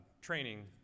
training